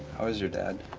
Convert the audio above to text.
how is your dad?